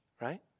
right